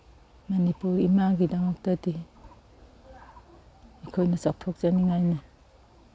ꯃꯅꯤꯄꯨꯔ ꯏꯃꯥꯒꯤꯗꯃꯛꯇꯗꯤ ꯑꯩꯈꯣꯏꯅ ꯆꯥꯎꯊꯣꯛꯆꯅꯤꯉꯥꯏꯅꯤ